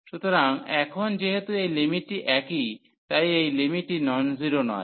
সুতরাং এখন যেহেতু এই লিমিটটি একই তাই এই লিমিটটি নন জিরো নয়